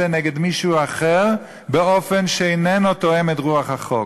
נגד מישהו אחר באופן שאיננו תואם את רוח החוק.